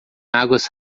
águas